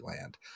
land